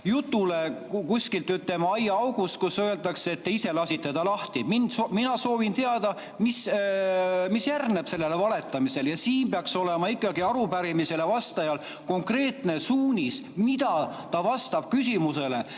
jutule mingist aiaaugust, kui öeldakse, et te ise lasite ta lahti. Mina soovin teada, mis järgneb sellele valetamisele. Siin peaks olema ikkagi arupärimisele vastajal konkreetne suunis, mida ta küsimusele